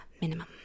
Minimum